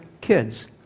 kids